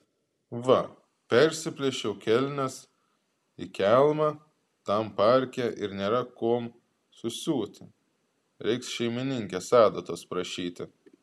va persiplėšiau kelnes į kelmą tam parke ir nėra kuom susiūti reiks šeimininkės adatos prašyti